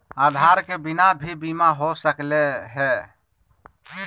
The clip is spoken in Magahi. आधार के बिना भी बीमा हो सकले है?